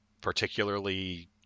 particularly